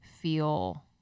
feel